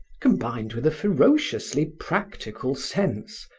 combined with a ferociously practical sense,